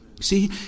See